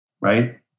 right